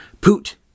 Poot